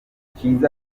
kizza